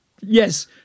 Yes